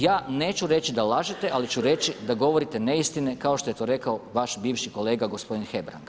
Ja neću reći da lažete ali ću reći da govorite neistine kao što je to rekao vaš bivši kolega gospodin Hebrang.